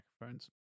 microphones